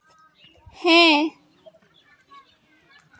ᱦᱮᱸ